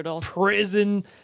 prison